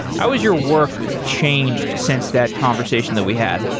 how was your work changed since that conversation that we had?